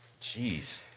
Jeez